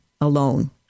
alone